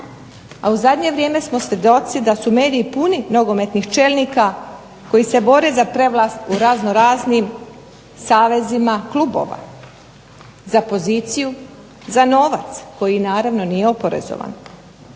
a u zadnje vrijeme smo svjedoci da su mediji puni nogometnih čelnika koji se bore za prevlast u raznoraznim savezima klubova za poziciju, za novac koji naravno nije oporezovan.